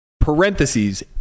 parentheses